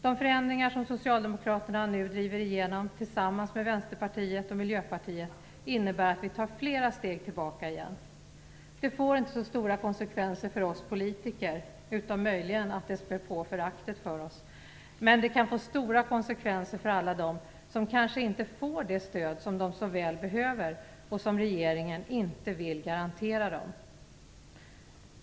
De förändringar som Socialdemokraterna nu driver igenom tillsammans med Vänsterpartiet och Miljöpartiet innebär att vi tar flera steg tillbaka igen. Det får inte så stora konsekvenser för oss politiker, utom att det möjligen spär på föraktet för oss, men det kan få stora konsekvenser för alla dem som kanske inte får de stöd som de så väl behöver och som regeringen inte vill garantera dem.